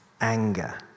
anger